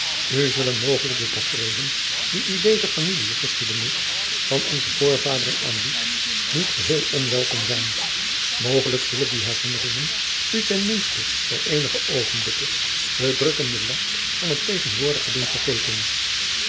u zullen mogelijk de tafereelen die u deze familiegeschiedenis van onze voorvaderen aanbiedt niet geheel onwelkom zijn mogelijk zullen die herinneringen u ten minste voor eenige oogenblikken den drukkenden last van het tegenwoordige doen vergeten